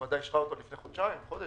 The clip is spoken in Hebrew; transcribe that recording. הוועדה אישרה אותו לפני חודשיים או חודש,